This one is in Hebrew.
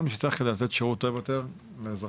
מי שצריך כדי לתת שירות טוב יותר לאזרחים,